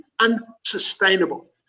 unsustainable